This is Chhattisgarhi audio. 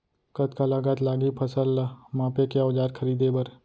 कतका लागत लागही फसल ला मापे के औज़ार खरीदे बर?